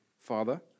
Father